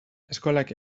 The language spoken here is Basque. eskolak